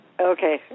Okay